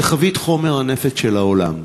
זו חבית חומר הנפץ של העולם.